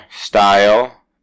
style